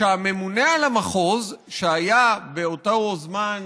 שהממונה על המחוז, שהיה באותו זמן